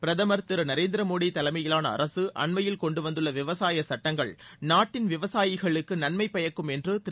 பிரதமர் திரு நரேந்திர மோடி தலைமையிலான அரசு அண்மையில் கொண்டு வந்துள்ள விவசாய சட்டங்கள் நாட்டின் விவசாயிகளுக்கு நன்மை பயக்கும் என்று திரு